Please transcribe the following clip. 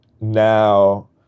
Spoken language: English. now